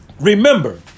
Remember